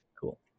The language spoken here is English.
cool